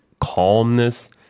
calmness